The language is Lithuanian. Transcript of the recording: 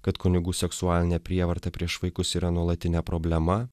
kad kunigų seksualinė prievarta prieš vaikus yra nuolatinė problema